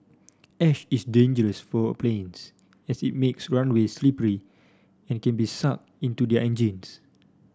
ash is dangerous for planes as it makes runway slippery and can be sucked into their engines